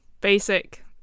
basic